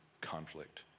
conflict